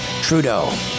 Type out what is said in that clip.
Trudeau